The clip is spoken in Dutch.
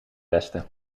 westen